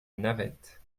navette